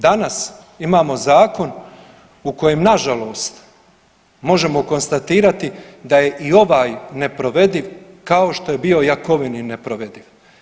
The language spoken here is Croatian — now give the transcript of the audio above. Danas imamo zakon u kojem nažalost možemo konstatirati da je i ovaj neprovediv kao što je bio Jakovinin neprovediv.